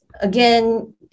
again